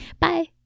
bye